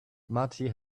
marty